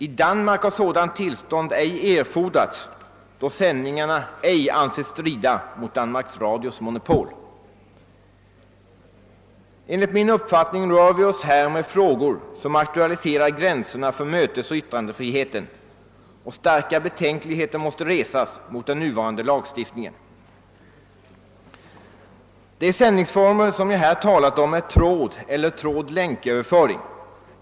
I Danmark har något sådant tillstånd ej varit erforderligt då sändningarna ej ansetts strida mot Danmarks radios monopol. Enligt min uppfattning rör vi oss här med frågor som aktualiserar gränserna för mötesoch yttrandefriheten, och starka betänkligheter måste resas mot den nuvarande lagstiftningen. De sändningsformer som vi här talat om är trådeller tråd-länköverföring.